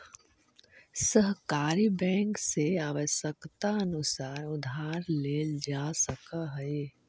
सहकारी बैंक से आवश्यकतानुसार उधार लेल जा सकऽ हइ